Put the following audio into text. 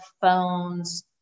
phones